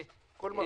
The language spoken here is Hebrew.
כל מה